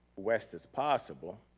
west as possible.